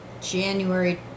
January